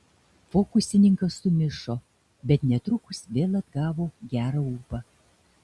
fokusininkas sumišo bet netrukus vėl atgavo gerą ūpą